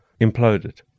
imploded